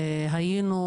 היינו